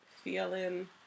feeling